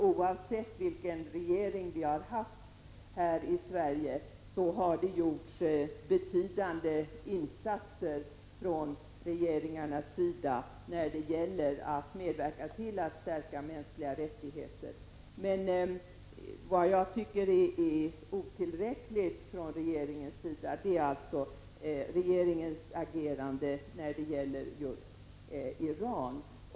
Oavsett vilken regering som vi har haft här i Sverige har det gjorts betydande insatser för att medverka till att stärka mänskliga rättigheter. Vad som är otillräckligt är regeringens agerande när det gäller Iran.